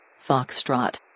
Foxtrot